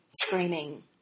screaming